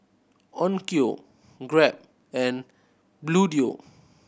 Onkyo Grab and Bluedio